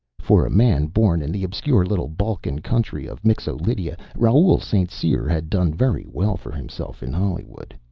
for a man born in the obscure little balkan country of mixo-lydia, raoul st. cyr had done very well for himself in hollywood.